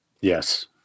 Yes